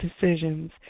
decisions